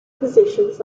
possessions